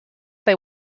they